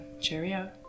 cheerio